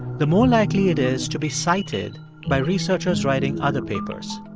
the more likely it is to be cited by researchers writing other papers.